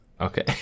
Okay